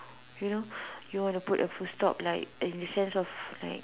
you know you want to put a full stop like in the sense of like